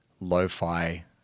lo-fi